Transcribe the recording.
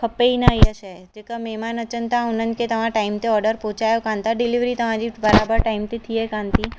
खपे ई न हीअ शइ जेका महिमान अचनि था उन्हनि खे तव्हां टाइम ते ऑडर पहुचायो कोन्ह था डिलीवरी तव्हांजी हर बार टाइम ते थिए कोन्ह थी